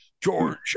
George